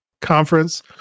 conference